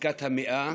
עסקת המאה